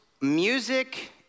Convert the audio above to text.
music